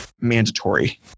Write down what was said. mandatory